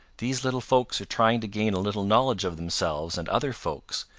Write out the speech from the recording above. these little folks are trying to gain a little knowledge of themselves and other folks,